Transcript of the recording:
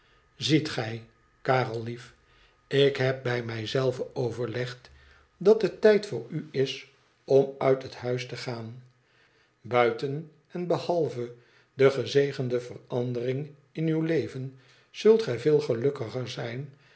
iziet gij karel lief ik heb bij mij zelve overlegd dat het tijd voor u is om uit het huis te gaan buiten en behalve de gezegende verandering in uw leven zult gij veel gelukkiger zijn